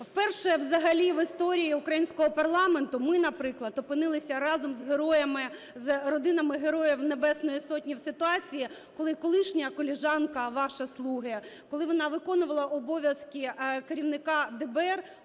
Вперше взагалі в історії українського парламенту ми, наприклад, опинилися разом з родинами Героїв Небесної Сотні в ситуації, коли колишня колежанка ваша, "слуги", коли вона виконувала обов'язки керівника ДБР,